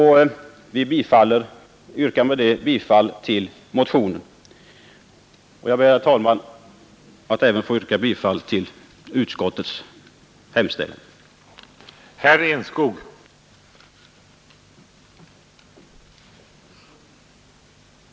Jag ber, herr talman, att få yrka bifall till utskottets hemställan.